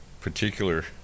particular